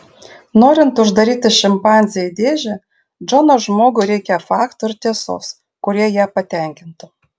norint uždaryti šimpanzę į dėžę džono žmogui reikia faktų ir tiesos kurie ją patenkintų